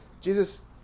Jesus